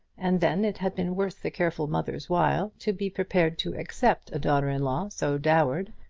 and then it had been worth the careful mother's while to be prepared to accept a daughter-in-law so dowered.